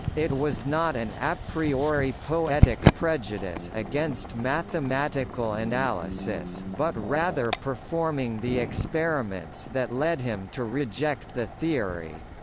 it was not an apriori poetic prejudice against mathematical analysis but rather performing the experiments that led him to reject the theory.